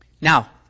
Now